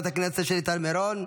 שלי טל מירון,